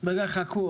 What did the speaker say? חכו,